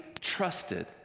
trusted